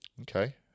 Okay